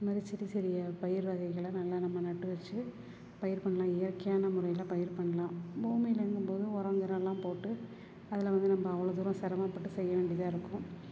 இது மாதிரி சிறிய சிறிய பயிர் வகைகளை நல்லா நம்ம நட்டு வச்சு பயிர் பண்ணலாம் இயற்கையான முறையில் பயிர் பண்ணலாம் பூமியிலங்கும் போது உரம் கிரம்லாம் போட்டு அதில் வந்து நம்ம அவ்வளோ தூரம் சிரமப்பட்டு செய்ய வேண்டியதாக இருக்கும்